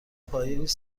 پاییز